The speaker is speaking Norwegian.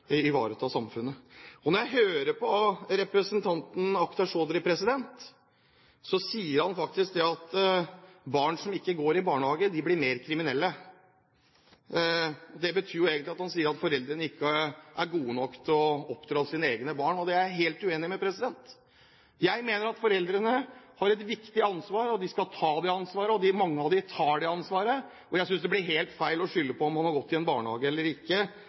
samfunnet. Når jeg hører på representanten Akhtar Chaudhry, får jeg inntrykk av at barn som ikke går i barnehage, blir mer kriminelle. Det betyr egentlig at han sier at foreldrene ikke er gode nok til å oppdra sine egne barn. Det er jeg helt uenig i. Jeg mener at foreldrene har et viktig ansvar. De skal ta det ansvaret, og mange av dem gjør det. Jeg synes det blir helt feil å skylde på at det om man har gått i en barnehage eller ikke